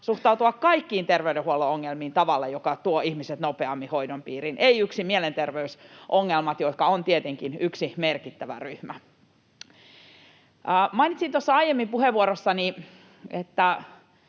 suhtautua kaikkiin terveydenhuollon ongelmiin tavalla, joka tuo ihmiset nopeammin hoidon piiriin, ei yksin mielenterveysongelmiin, jotka ovat tietenkin yksi merkittävä ryhmä. Mainitsin tuossa aiemmin puheenvuorossani,